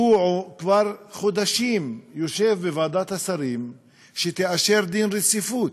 שהוא כבר חודשים יושב בוועדת השרים כדי שתאשר דין רציפות.